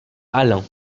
allain